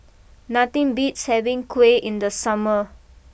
nothing beats having Kuih in the summer